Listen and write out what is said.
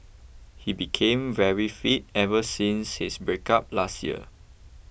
he became very fit ever since his breakup last year